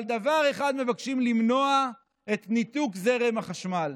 אבל דבר אחד מבקשים: למנוע את ניתוק זרם החשמל.